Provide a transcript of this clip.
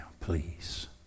please